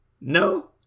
no